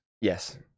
Yes